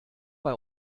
bei